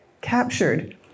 captured